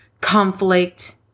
conflict